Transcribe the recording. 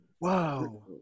wow